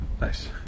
nice